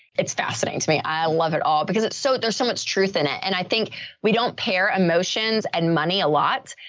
it's fascinating to me. i love it all because it's so there's so much truth in it. and i think we don't pair emotions and money a lot.